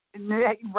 Right